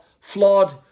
flawed